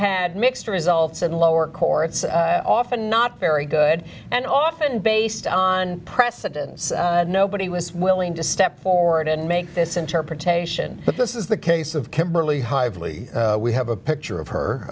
had mixed results in lower courts often not very good and often based on precedents nobody was willing to step forward and make this interpretation but this is the case of kimberly hive lee we have a picture of her